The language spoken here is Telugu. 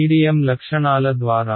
మీడియం లక్షణాల ద్వారా